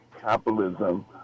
capitalism